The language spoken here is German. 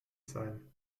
sein